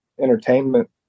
entertainment